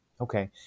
Okay